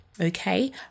Okay